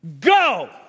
Go